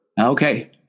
okay